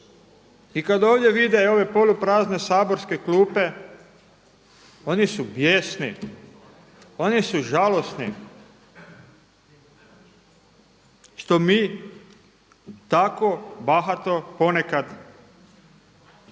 i kad ovdje vide ove poluprazne saborske klupe oni su bijesni. Oni su žalosni što mi tako bahato ponekad povećavamo